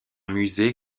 musée